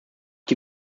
die